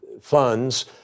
funds